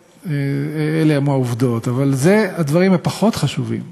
אלה הן העובדות, אבל אלה הדברים הפחות חשובים.